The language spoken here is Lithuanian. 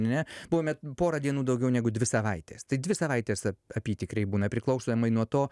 ne buvome pora dienų daugiau negu dvi savaitės tai dvi savaitės apytikriai būna priklausomai nuo to